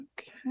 Okay